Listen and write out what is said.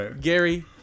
Gary